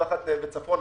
2021 וצפונה.